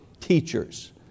teachers